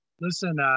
Listen